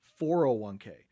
401k